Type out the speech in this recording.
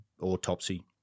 autopsy